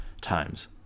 times